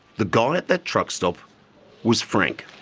the guy at that truck stop was frank.